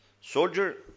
soldier